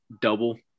double